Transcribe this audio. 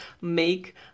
make